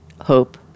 hope